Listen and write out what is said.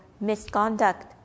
misconduct